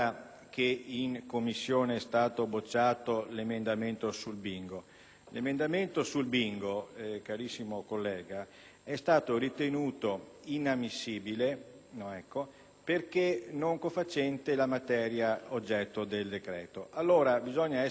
emendamento, carissimo collega, è stato ritenuto inammissibile perché non confacente con la materia oggetto del decreto. Allora bisogna essere sinceri con noi stessi e con chi ci ascolta, se vogliamo fare un servizio